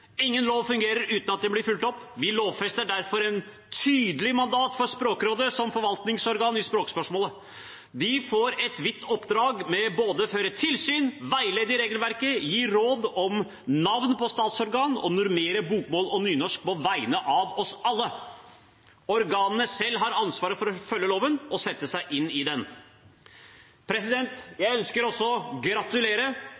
Ingen lov fungerer uten at den blir fulgt opp. Vi lovfester derfor et tydelig mandat for Språkrådet som forvaltningsorgan i språkspørsmål. De får et vidt oppdrag om både å føre tilsyn, veilede i regelverket, gi råd om navn på statsorgan og normere bokmål og nynorsk på vegne av oss alle. Organene selv har ansvar for å følge loven og sette seg inn i den.